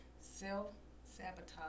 Self-sabotage